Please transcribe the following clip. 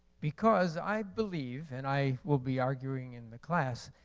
because i believe, and i will be arguing in the class,